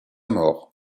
mort